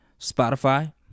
Spotify